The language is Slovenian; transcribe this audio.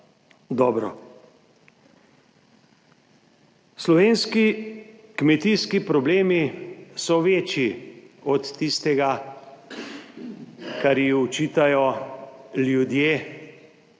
Slovenski kmetijski problemi so večji od tistega, kar ji očitajo ljudje,